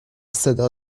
صدا